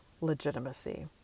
legitimacy